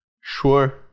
Sure